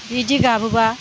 बिदि गाबोबा